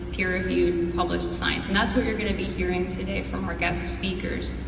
peer-reviewed, published science. and that's what you're gonna be hearing today from our guest speakers.